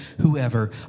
whoever